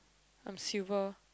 I'm silver